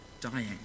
dying